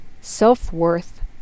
self-worth